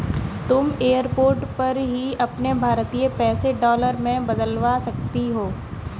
तुम एयरपोर्ट पर ही अपने भारतीय पैसे डॉलर में बदलवा सकती हो